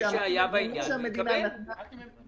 כשהיית עד עכשיו בממשלה,